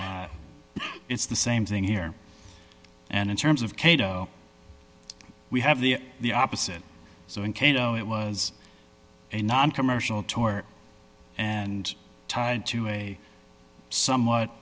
it's the same thing here and in terms of cato we have the the opposite so in cato it was a noncommercial tort and tied to a somewhat